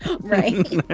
right